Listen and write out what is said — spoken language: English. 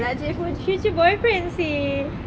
nak cari future boyfriend seh